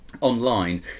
online